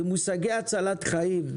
זה מושגי הצלת חיים,